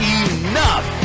enough